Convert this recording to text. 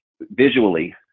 visually